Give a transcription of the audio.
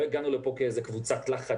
לא הגענו לפה כאיזו קבוצת לחץ.